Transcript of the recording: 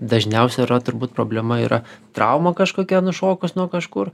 dažniausia yra turbūt problema yra trauma kažkokia nušokus nuo kažkur